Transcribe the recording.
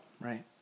Right